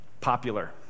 popular